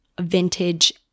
vintage